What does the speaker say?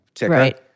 right